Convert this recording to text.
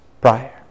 prior